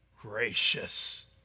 gracious